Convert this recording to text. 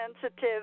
sensitive